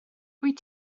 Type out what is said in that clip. wyt